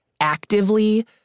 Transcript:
actively